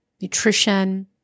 nutrition